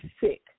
sick